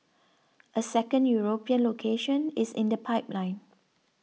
a second European location is in the pipeline